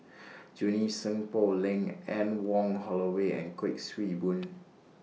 Junie Sng Poh Leng Anne Wong Holloway and Kuik Swee Boon